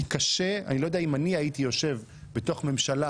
אני לא יודע אם אני הייתי יושב בתוך ממשלה